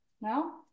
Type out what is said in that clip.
no